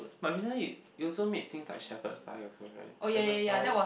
but recently you also made things like Shepard's pie also right Shepard's pie